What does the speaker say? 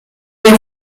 der